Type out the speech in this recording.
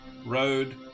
road